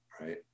right